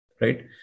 right